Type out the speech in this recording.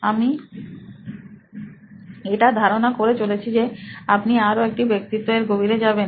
আমি এটা ধারণা করে চলছি যে আপনি আরও একটা ব্যক্তিত্ব এর গভীরে যাবেন